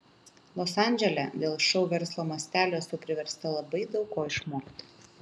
los andžele dėl šou verslo mastelio esu priversta labai daug ko išmokti